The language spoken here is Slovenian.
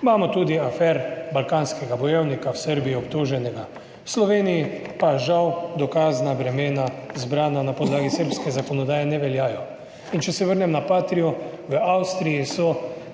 Imamo tudi afer balkanskega bojevnika, v Srbiji obtoženega, v Sloveniji, pa žal dokazna bremena zbrana na podlagi srbske zakonodaje ne veljajo. In če se vrnem na Patrio, v Avstriji so